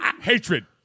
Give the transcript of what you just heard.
hatred